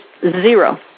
zero